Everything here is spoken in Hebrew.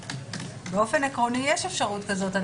באופן עקרוני יש אפשרות כזאת.